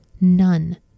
None